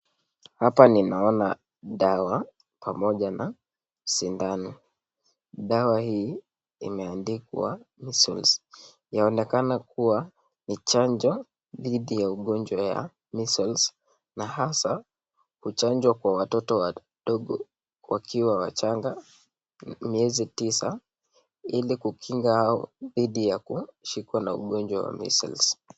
Hapa ninaona dawa pamoja na sindano. Dawa hii imeandikwa 'Measles'. Yaonekana kuwa ni chanjo dhidi ya ugonjwa wa measles na hasa kuchanja watoto wadogo wakiwa wachanga miezi tisa ili kuwakinga dhidi ya kushikwa na ugonjwa wa measles.